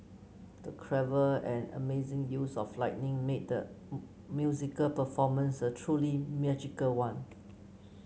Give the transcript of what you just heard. the clever and amazing use of lighting made the musical performance a truly magical one